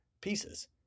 pieces